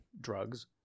drugs